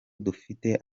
tudafite